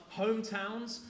hometowns